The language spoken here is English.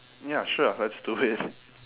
ya sure let's do it